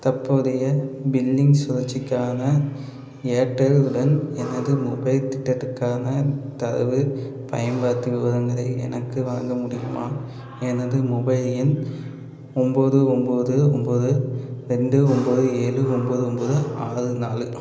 தற்போதைய பில்லிங் சுழற்சிக்கான ஏர்டெல் உடன் எனது மொபைல் திட்டத்திற்கான தரவு பயன்பாட்டு விவரங்களை எனக்கு வழங்க முடியுமா எனது மொபைல் எண் ஒன்போது ஒன்போது ஒன்போது ரெண்டு ஒன்போது ஏழு ஒன்போது ஒன்போது ஆறு நாலு